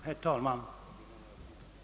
Herr talman!